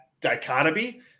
dichotomy